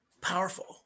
powerful